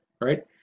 right